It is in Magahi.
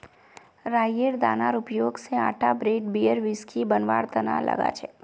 राईयेर दानार उपयोग स आटा ब्रेड बियर व्हिस्की बनवार तना लगा छेक